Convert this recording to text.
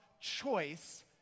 choice